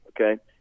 okay